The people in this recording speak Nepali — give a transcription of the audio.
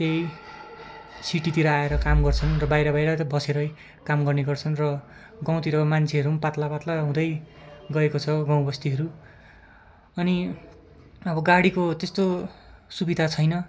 त्यही सिटीतिर आएर काम गर्छन् र बाहिर बाहिर बसेरै काम गर्ने गर्छन् र गाउँतिर मान्छेहरू पनि पातला पातला हुँदै गएको छ गाउँ बस्तीहरू अनि अब गाडीको त्यस्तो सुविधा छैन